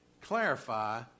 clarify